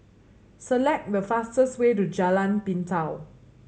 select the fastest way to Jalan Pintau